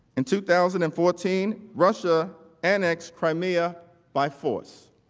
in two thousand and fourteen russia annex crime era by force.